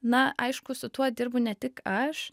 na aišku su tuo dirbu ne tik aš